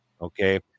Okay